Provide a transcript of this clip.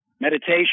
Meditation